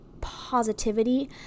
positivity